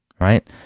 Right